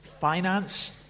finance